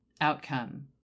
outcome